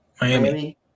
Miami